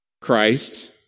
Christ